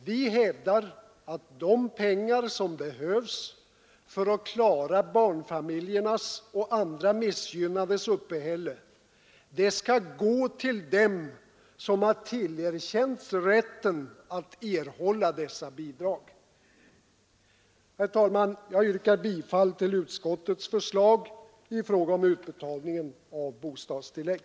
Vi hävdar att de pengar som behövs för att klara barnfamiljernas och andra missgynnades uppehälle skall gå till dem som har tillerkänts rätten att erhålla dessa bidrag. Herr talman! Jag yrkar bifall till utskottets förslag i fråga om utbetalningen av bostadstillägg.